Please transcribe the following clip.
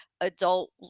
adult